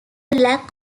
lack